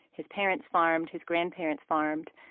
his parents farmed. his grandparents farmed.